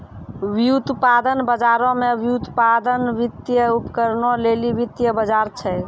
व्युत्पादन बजारो मे व्युत्पादन, वित्तीय उपकरणो लेली वित्तीय बजार छै